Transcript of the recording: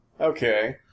Okay